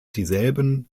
dieselben